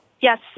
Yes